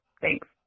thanks